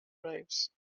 arrives